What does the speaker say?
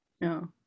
No